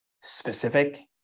specific